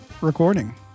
recording